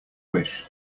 wish